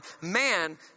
man